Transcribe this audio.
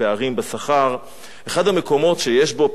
אחד המקומות שיש בו פערי שכר עצומים,